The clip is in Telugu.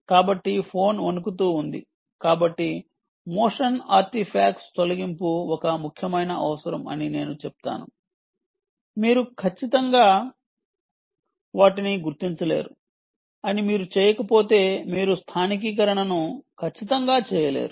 కాబట్టి ఫోన్ వణుకుతు ఉంది కాబట్టి మోషన్ ఆర్టిఫ్యాక్ట్స్ తొలగింపు ఒక ముఖ్యమైన అవసరం అని నేను చెప్తాను మీరు వాటిని గుర్తించలేరు అని మీరు చేయకపోతే మీరు స్థానికీకరణను ఖచ్చితంగా చేయలేరు